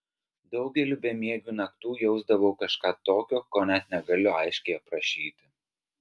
daugeliu bemiegių naktų jausdavau kažką tokio ko net negaliu aiškiai aprašyti